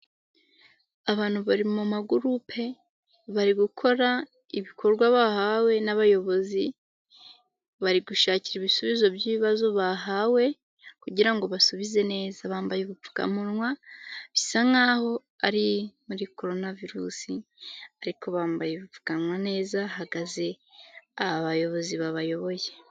Abantu bari mu magurupe bari gukora ibikorwa bahawe n'abayobozi bari gushakira ibisubizo by'ibibazo bahawe kugira ngo basubize neza, bambaye ubupfukamunwa bisa nk'aho ari muri coronavirus ariko bambaye ubupfukanwa neza hahagaze abayobozi babayoboye.